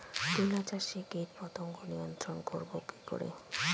তুলা চাষে কীটপতঙ্গ নিয়ন্ত্রণর করব কি করে?